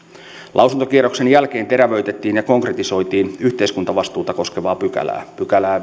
lausuntokierroksen jälkeen terävöitettiin ja konkretisoitiin yhteiskuntavastuuta koskevaa pykälää viidettäkymmenettäseitsemättä pykälää